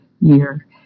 year